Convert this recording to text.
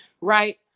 right